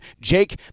Jake